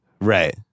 Right